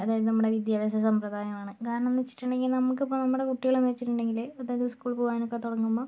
അതായത് നമ്മളെ വിദ്യാഭ്യാസസമ്പ്രദായമാണ് കാരണം എന്ന് വെച്ചിട്ടുണ്ടെങ്കിൽ നമുക്ക് ഇപ്പം നമ്മുടെ കുട്ടികൾ എന്ന് വെച്ചിട്ടുണ്ടെങ്കിൽ അതായത് സ്കൂളിൽ പോകാൻ ഒക്കെ തുടങ്ങുമ്പം